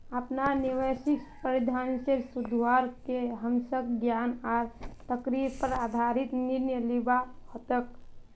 अपनार निवेश प्रदर्शनेर सुधरवार के हमसाक ज्ञान आर तर्केर पर आधारित निर्णय लिबा हतोक